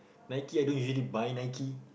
Nike I don't usually buy Nike